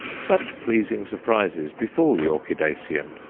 such pleasing surprises befall the orchidacean!